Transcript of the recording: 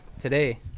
today